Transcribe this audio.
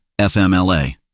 FMLA